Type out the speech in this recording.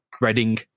Reading